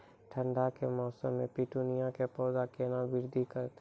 ठंड के मौसम मे पिटूनिया के पौधा केना बृद्धि करतै?